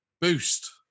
Boost